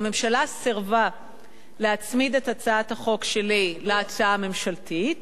הממשלה סירבה להצמיד את הצעת החוק שלי להצעה הממשלתית,